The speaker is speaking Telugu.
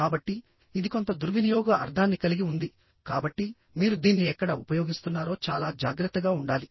కాబట్టి ఇది కొంత దుర్వినియోగ అర్థాన్ని కలిగి ఉంది కాబట్టి మీరు దీన్ని ఎక్కడ ఉపయోగిస్తున్నారో చాలా జాగ్రత్తగా ఉండాలి